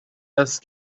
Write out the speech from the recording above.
است